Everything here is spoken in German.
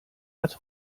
als